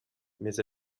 mais